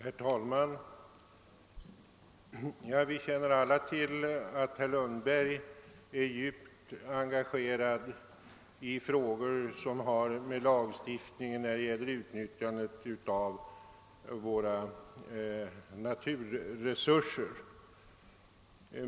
Herr talman! Vi vet alla att herr Lundberg är djupt engagerad i frågor som rör lagstiftningen om utnyttjandet av våra naturresurser.